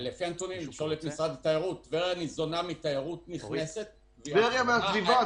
לפי הנתונים טבריה ניזונה מתיירות נכנסת -- טבריה והסביבה.